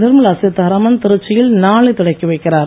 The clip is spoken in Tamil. நிர்மலா சீத்தாராமன் திருச்சியில் நாளை தொடக்கி வைக்கிறார்